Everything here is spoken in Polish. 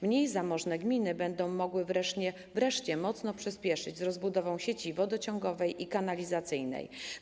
Mniej zamożne gminy będą mogły wreszcie mocno przyśpieszyć z rozbudową sieci wodociągowej i kanalizacyjnej.